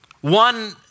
One